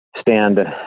stand